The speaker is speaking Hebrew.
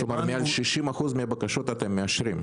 כלומר 60% מהבקשות אתם מאשרים.